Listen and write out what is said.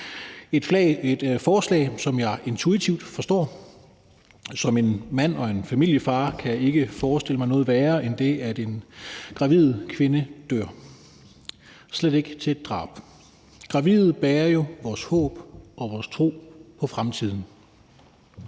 et forslag, som jeg intuitivt forstår. Som en mand og en familiefar kan jeg ikke forestille mig noget værre end det, at en gravid kvinde dør, og slet ikke, hvis det er på grund af drab. Gravide bærer jo vores håb og vores tro på fremtiden.